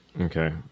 Okay